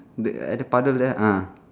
the at the puddle there ah